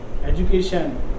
education